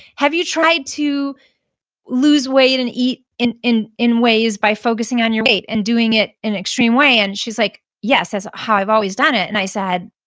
have you tried to lose weight and eat in in ways by focusing on your weight and doing it an extreme way? and she's like, yes, that's how i've always done it. and i said,